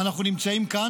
אנחנו נמצאים כאן.